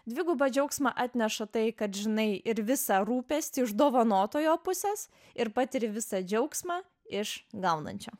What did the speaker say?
dvigubą džiaugsmą atneša tai kad žinai ir visą rūpestį iš dovanotojo pusės ir patiri visą džiaugsmą iš gaunančio